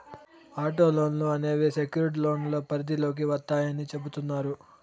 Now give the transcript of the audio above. auto లోన్లు అనేవి secured లోన్ల పరిధిలోకి వత్తాయని చెబుతున్నారు